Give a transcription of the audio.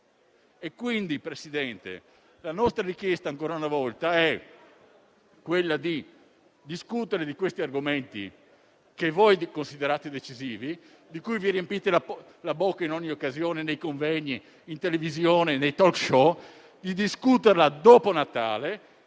Signor Presidente, la nostra richiesta, ancora una volta, è quella di discutere di questi argomenti, che voi considerate decisivi e di cui vi riempite la bocca in ogni occasione nei convegni, in televisione nei *talk show*, dopo Natale